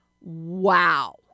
Wow